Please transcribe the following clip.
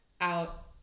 out